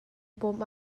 bawm